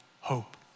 hope